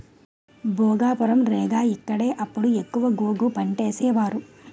భోగాపురం, రేగ ఇక్కడే అప్పుడు ఎక్కువ గోగు పంటేసేవారు